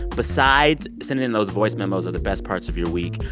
besides sending in those voice memos of the best parts of your week,